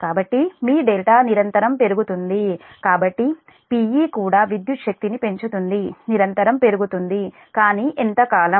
కాబట్టి మీ δ నిరంతరం పెరుగుతుంది కాబట్టి Pe కూడా విద్యుత్ శక్తిని పెంచుతుంది నిరంతరం పెరుగుతుంది కానీ ఎంతకాలం